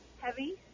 heavy